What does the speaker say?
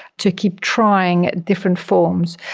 to keep trying different forms.